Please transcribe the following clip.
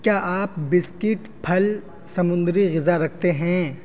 کیا آپ بسکٹ پھل سمندری غذا رکھتے ہیں